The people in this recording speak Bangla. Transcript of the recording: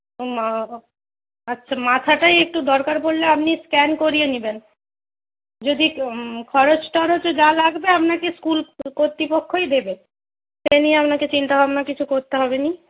ও মা আচ্ছা মাথাটায় একটু দরকার পড়লে আপনি স্ক্যান করিয়ে নেবেন যদি খরচ টরচ যা লাগবে আপনাকে স্কুল কর্তৃপক্ষই দেবে সে নিয়ে আপনাকে চিন্তা ভাবনা কিছু করতে হবে না